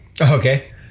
Okay